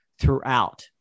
throughout